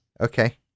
okay